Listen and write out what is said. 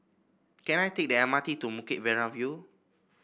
can I take the M R T to Bukit Merah View